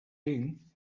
king